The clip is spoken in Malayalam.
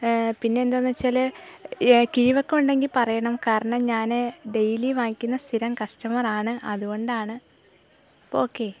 പിന്നെയെന്താണെന്നു വച്ചാൽ കിഴിവൊക്കെ ഉണ്ടെങ്കിൽ പറയണം കാരണം ഞാൻ ഡെയ്ലി വാങ്ങിക്കുന്ന സ്ഥിരം കസ്റ്റമറാണ് അതുകൊണ്ടാണ് അപ്പോൾ ഓക്കേ